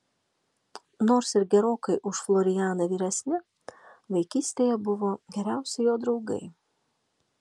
nors ir gerokai už florianą vyresni vaikystėje buvo geriausi jo draugai